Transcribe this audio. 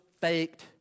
faked